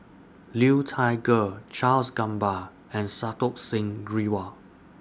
Liu Thai Ker Charles Gamba and Santokh Singh Grewal